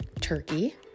Turkey